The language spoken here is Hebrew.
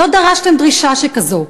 לא דרשתם דרישה כזאת,